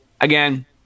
again